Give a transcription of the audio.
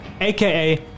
aka